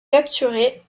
capturés